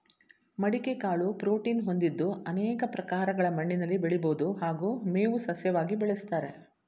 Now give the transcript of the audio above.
ಮಡಿಕೆ ಕಾಳು ಪ್ರೋಟೀನ್ ಹೊಂದಿದ್ದು ಅನೇಕ ಪ್ರಕಾರಗಳ ಮಣ್ಣಿನಲ್ಲಿ ಬೆಳಿಬೋದು ಹಾಗೂ ಮೇವು ಸಸ್ಯವಾಗಿ ಬೆಳೆಸ್ತಾರೆ